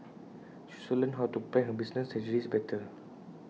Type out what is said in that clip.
she also learned how to plan her business strategies better